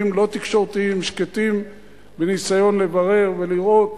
לא תקשורתיים שקטים בניסיון לברר ולראות.